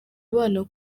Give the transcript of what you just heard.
abana